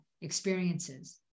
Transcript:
experiences